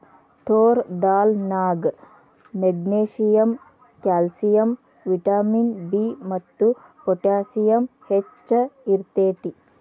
ತೋರ್ ದಾಲ್ ನ್ಯಾಗ magnesium, calcium, vitamin B ಮತ್ತು ಪೊಟ್ಯಾಸಿಯಮ್ ಹೆಚ್ಚ್ ಇರ್ತೇತಿ